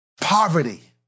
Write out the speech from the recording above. poverty